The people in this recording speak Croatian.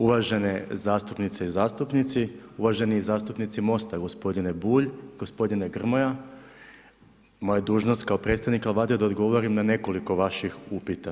Uvažene zastupnice i zastupnici, uvaženi zastupnici MOST-a, gospodine Bulj, gospodine Grmoja, moja dužnost kao predstavnika Vlade je da odgovorim na nekoliko vaš upita.